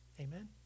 Amen